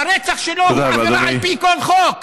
והרצח שלו הוא עבירה על פי כל חוק,